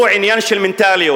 היא עניין של מנטליות.